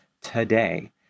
today